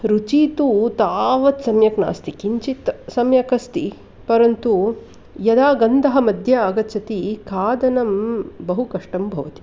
रुचिः तु तावत् सम्यक् नास्ति किञ्चित् सम्यक् अस्ति परन्तु यदा गन्धः मध्ये आगच्छति खादनं बहु कष्टं भवति